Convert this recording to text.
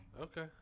okay